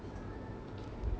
in life